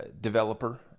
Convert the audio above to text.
developer